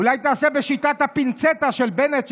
אולי תעשה בשיטת הפינצטה של בנט,